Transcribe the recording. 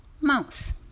mouse